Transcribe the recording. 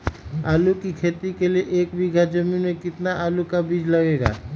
आलू की खेती के लिए एक बीघा जमीन में कितना आलू का बीज लगेगा?